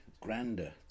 grander